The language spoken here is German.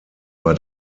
bei